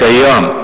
הקיים,